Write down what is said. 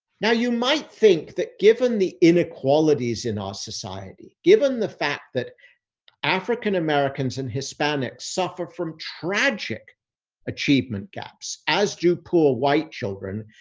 now you might think that given the inequalities in our society, given the fact that african americans and hispanics suffer from tragic achievement gaps as do poor white children,